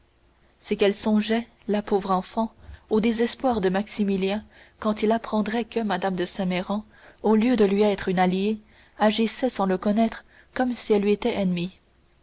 c'est qu'elle songeait la pauvre enfant au désespoir de maximilien quand il apprendrait que mme de saint méran au lieu de lui être une alliée agissait sans le connaître comme si elle lui était ennemie